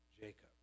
Jacob